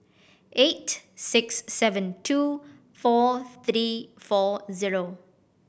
eight six seven two four three four zero